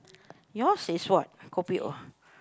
yours is what kopi O